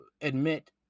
admit